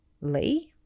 Lee